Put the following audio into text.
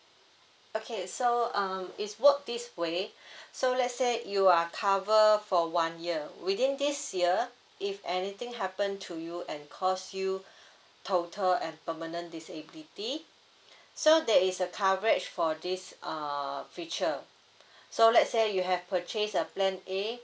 okay so um is work this way so let's say you are cover for one year within these year if anything happen to you and cause you total and permanent disability so there is a coverage for this uh feature so let's say you have purchase a plan A